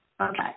okay